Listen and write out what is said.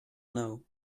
know